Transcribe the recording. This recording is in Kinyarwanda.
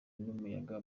n’umuyaga